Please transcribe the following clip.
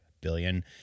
billion